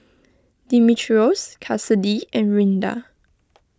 Dimitrios Kassidy and Rinda